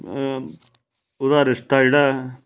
ਉਹਦਾ ਰਿਸ਼ਤਾ ਜਿਹੜਾ